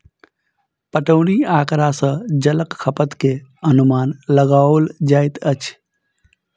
पटौनी आँकड़ा सॅ जलक खपत के अनुमान लगाओल जाइत अछि